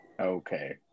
Okay